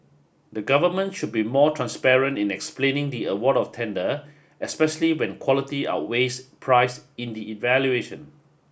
the government should be more transparent in explaining the award of tender especially when quality outweighs price in the evaluation